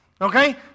Okay